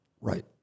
Right